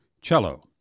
Cello